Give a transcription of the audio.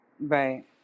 Right